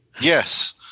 Yes